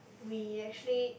we actually